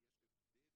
כי יש הבדל